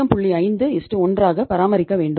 51 ஆக பராமரிக்க வேண்டும்